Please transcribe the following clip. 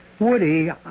Woody